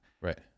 Right